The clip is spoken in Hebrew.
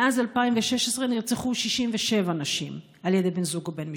מאז 2016 נרצחו 67 נשים על ידי בן זוג או בן משפחה.